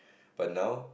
but now